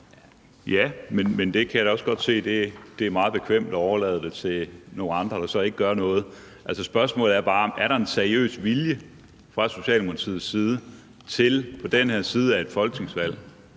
Ja, jeg kan da også godt se, at det er meget bekvemt at overlade det til nogle andre, der så ikke gør noget. Altså, spørgsmålet er bare, om der er en seriøs vilje fra Socialdemokratiets side til på den her side af et folketingsvalg